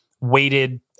weighted